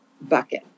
bucket